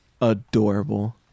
Adorable